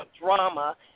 drama